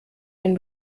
den